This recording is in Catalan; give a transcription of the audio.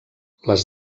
les